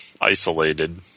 isolated